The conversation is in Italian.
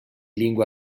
lingua